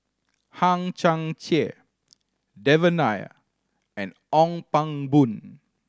Hang Chang Chieh Devan Nair and Ong Pang Boon